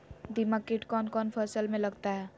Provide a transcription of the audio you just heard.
दीमक किट कौन कौन फसल में लगता है?